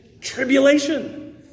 Tribulation